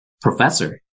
professor